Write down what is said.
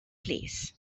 plîs